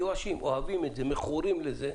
אוהבים את זה, מכורים לזה,